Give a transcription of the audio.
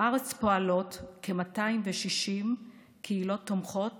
בארץ פועלות כ-260 קהילות תומכות